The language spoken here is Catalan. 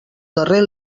darrer